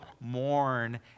mourn